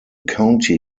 county